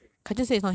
it's not kai jun